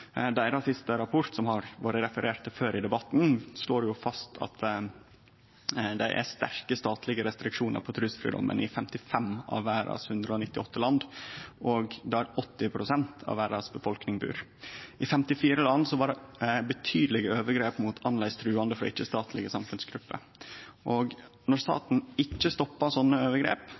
Deira siste rapport, som det har vore referert til tidlegare i debatten, slår fast at det er sterke, statlege restriksjonar på trusfridomen i 55 av verdas 198 land, og der 80 pst. av verdas befolkning bur. I 54 land var det betydelege overgrep mot annleis truande frå ikkje-statlege samfunnsgrupper. Når staten ikkje stoppar slike overgrep,